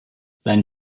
sein